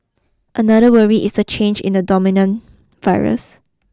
another worry is the change in the dominant virus